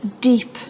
deep